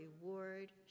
reward